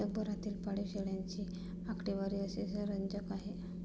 जगभरातील पाळीव शेळ्यांची आकडेवारी अतिशय रंजक आहे